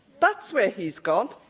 that's where he's gone.